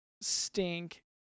stink